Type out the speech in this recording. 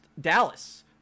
Dallas